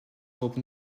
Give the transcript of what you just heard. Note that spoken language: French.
robe